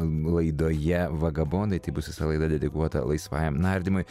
laidoje vagabondai tai bus visa laida dedikuota laisvajam nardymui